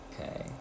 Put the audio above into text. Okay